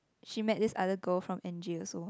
she met this other girl from N_J also